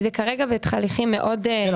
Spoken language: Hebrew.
זה כרגע בתהליכים של הגשות --- כן,